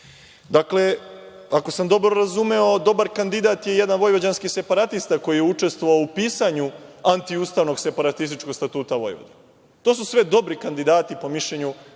činite. Dakle, ako sam dobro razumeo, dobar kandidat je jedan vojvođanski separatista koji je učestvovao u pisanju antiustavnog separatističkog Statuta u Vojvodini. To su sve dobri kandidati po mišljenju SNS.